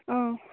অঁ